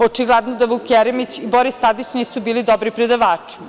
Očigledno da Vuk Jeremić i Boris Tadić nisu bili dobri predavači.